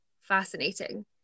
fascinating